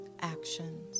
actions